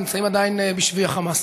נמצאות עדיין בשבי החמאס.